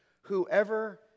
Whoever